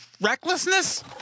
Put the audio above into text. recklessness